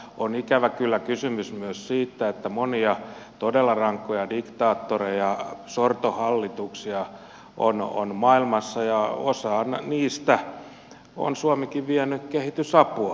on ikävä kyllä kysymys myös siitä että monia todella rankkoja diktaattoreja sortohallituksia on maailmassa ja osaan niistä on suomikin vienyt kehitysapua